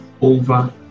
over